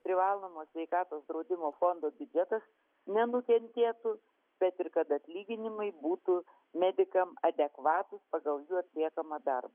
privalomo sveikatos draudimo fondo biudžetas nenukentėtų bet ir kad atlyginimai būtų medikam adekvatūs pagal jų atliekamą darbą